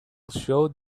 showed